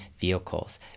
vehicles